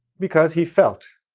because he felt.